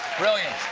brilliant.